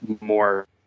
more